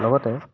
লগতে